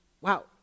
wow